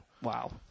Wow